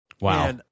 Wow